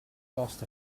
caused